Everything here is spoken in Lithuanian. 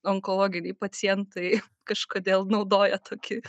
onkologiniai pacientai kažkodėl naudoja tokį